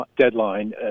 deadline